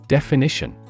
Definition